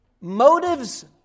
motives